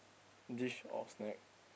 dish or snack